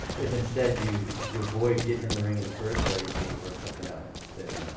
if instead you you avoid getting in the ring, in the first place, and you work something out, then.